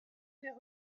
les